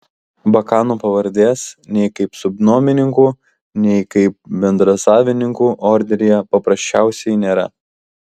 bakanų pavardės nei kaip subnuomininkų nei kaip bendrasavininkų orderyje paprasčiausiai nėra